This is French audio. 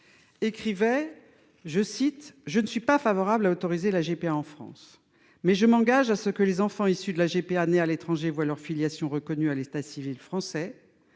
collègues :« Je ne suis pas favorable à autoriser la GPA en France, mais je m'engage à ce que les enfants issus de la GPA nés à l'étranger voient leur filiation reconnue par l'état civil français.